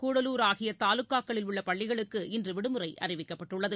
கூடலூர் ஆகிய தாலுகாக்களுக்களில் உள்ள பள்ளிகளுக்கு இன்று விடுமுறை அறிவிக்கப்பட்டுள்ளது